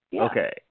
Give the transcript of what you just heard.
okay